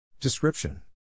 Description